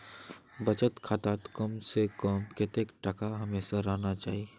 बचत खातात कम से कम कतेक टका हमेशा रहना चही?